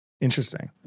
Interesting